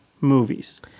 movies